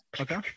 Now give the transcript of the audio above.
Okay